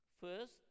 First